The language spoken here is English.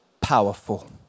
powerful